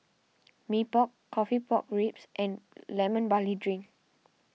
Mee Pok Coffee Pork Ribs and Lemon Barley Drink